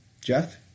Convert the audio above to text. Jeff